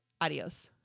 Adios